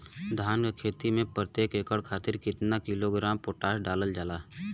धान क खेती में प्रत्येक एकड़ खातिर कितना किलोग्राम पोटाश डालल जाला?